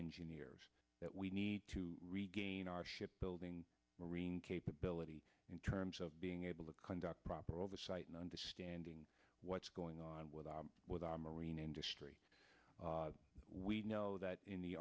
engineers that we need to regain our shipbuilding marine capability in terms of being able to conduct proper oversight and understanding what's going on with our with our marine industry we know that in the